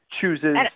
chooses